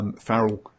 Farrell